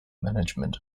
management